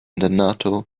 nato